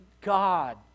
God